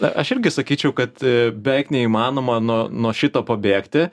aš irgi sakyčiau kad beveik neįmanoma nuo nuo šito pabėgti